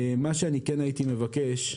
אני מבקש,